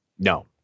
No